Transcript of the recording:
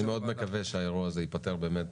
אני מאוד מקווה שהאירוע הזה ייפתר באמת